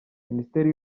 minisiteri